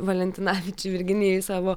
valentinavičiui virginijui savo